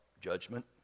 judgment